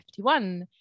51